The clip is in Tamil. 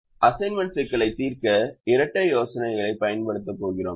அசைன்மென்ட் சிக்கலைத் தீர்க்க இரட்டை யோசனைகளைப் பயன்படுத்தப் போகிறோமா